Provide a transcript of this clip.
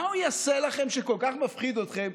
מה הוא יעשה לכם שכל כך מפחיד אתכם,